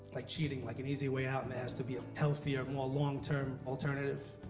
like cheating, like an easy way out and there has to be a healthier, more long term alternative.